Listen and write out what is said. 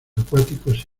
acuáticos